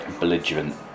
belligerent